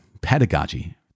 pedagogy